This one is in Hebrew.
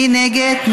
מי נגד?